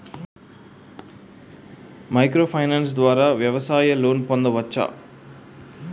Micro finance ద్వారా వ్యవసాయ loan పొందవచ్చా?